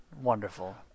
wonderful